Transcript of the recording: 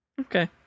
Okay